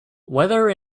weather